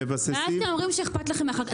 ואז אתם אומרים שאכפת לכם מהחקלאות.